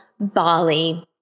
Bali